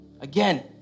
Again